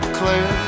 clear